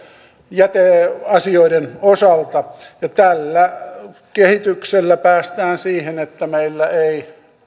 jäteasioiden osalta tällä kehityksellä päästään siihen että meillä ei